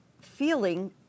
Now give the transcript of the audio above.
feeling